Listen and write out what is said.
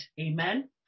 Amen